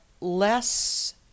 less